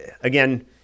again